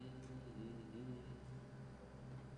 היא לא חברת ועדה.